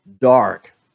dark